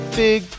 big